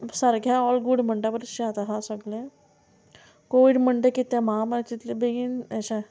सारकें all good म्हणटा बरें तशें आसा सगलें कोवीड म्हणटा कितें महामारीतलें बेगीन अशें